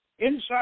Inside